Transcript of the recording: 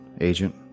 Agent